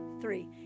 three